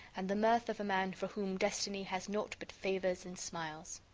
and the mirth of a man for whom destiny has naught but favors and smiles.